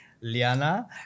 Liana